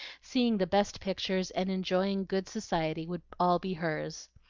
seeing the best pictures, and enjoying good society would all be hers.